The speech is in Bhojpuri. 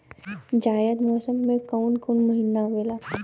जायद मौसम में काउन काउन महीना आवेला?